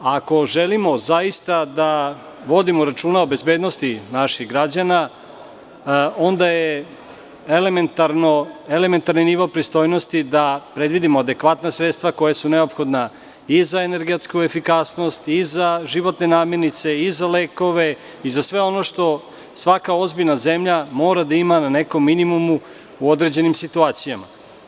Ako želimo zaista da vodimo računa o bezbednosti naših građana, onda je elementarni nivo pristojnosti da predvidimo adekvatna sredstva koja su neophodna i za energetsku efikasnost i za životne namirnice i za lekove i za sve ono što svaka ozbiljna zemlja mora da ima na nekom minimumu u određenim situacijama.